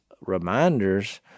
reminders